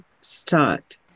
start